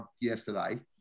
yesterday